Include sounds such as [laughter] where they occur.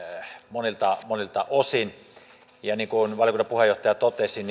monilta monilta osin niin kuin valiokunnan puheenjohtaja totesi [unintelligible]